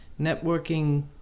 networking